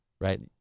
right